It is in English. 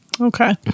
Okay